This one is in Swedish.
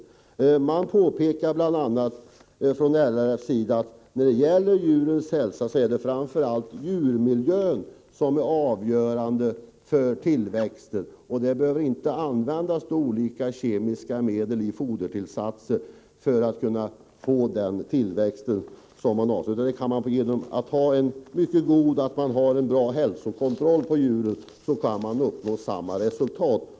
Från LRF:s sida påpekar man bl.a. att när det gäller djurens hälsa är det framför allt miljön som är avgörande för tillväxten, och man behöver inte ha olika kemiska medel i fodertillsatserna för att få en bra tillväxt. Om djuren får en bra hälsokontroll kan man uppnå samma resultat.